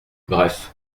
bref